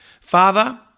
Father